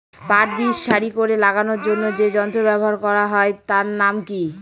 পাট বীজ সারি করে লাগানোর জন্য যে যন্ত্র ব্যবহার হয় তার নাম কি?